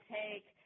take